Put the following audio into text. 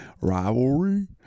Rivalry